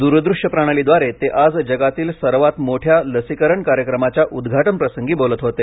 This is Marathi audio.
दुरदृश्य प्रणालीद्वारे ते आज जगातील सर्वात मोठ्या लसीकरण कार्यक्रमाच्या उद्घाटनप्रसंगी बोलत होते